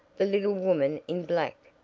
the little woman in black!